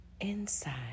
inside